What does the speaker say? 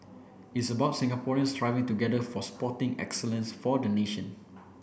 it's about Singaporeans striving together for sporting excellence for the nation